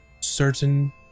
certain